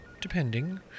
depending